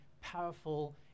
powerful